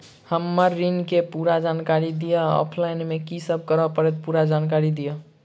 हम्मर ऋण केँ पूरा जानकारी दिय आ ऑफलाइन मे की सब करऽ पड़तै पूरा जानकारी दिय?